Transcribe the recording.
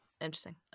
Interesting